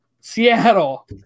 Seattle